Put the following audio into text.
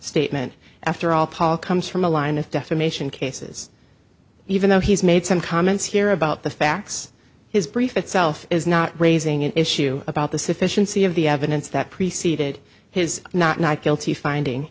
statement after all paul comes from the line of defamation cases even though he's made some comments here about the facts his brief itself is not raising an issue about the sufficiency of the evidence that preceded his not guilty finding